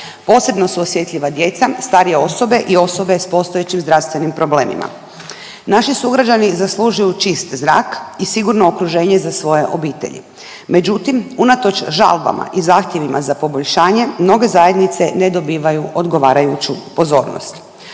Posebno su osjetljiva djeca, starije osobe i osobe s postojećim zdravstvenim problemima. Naši sugrađani zaslužuju čist zrak i sigurno okruženje za svoje obitelji. Međutim, unatoč žalbama i zahtjevima za poboljšanje mnoge zajednice ne dobivaju odgovarajuću pozornost.